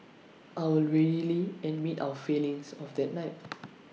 I would readily admit our failings of that night